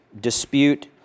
dispute